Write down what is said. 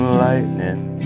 lightning